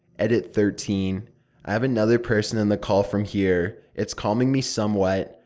edit thirteen i have another person in the call from here. it's calming me somewhat.